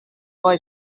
boy